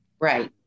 Right